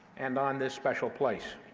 and on this special place.